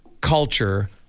culture